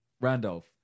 Randolph